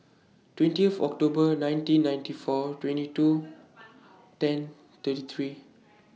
twentieth October nineteen ninety four twenty two ten thirty three